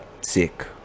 sick